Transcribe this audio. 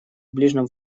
ближнем